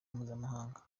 mpuzamahanga